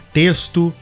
texto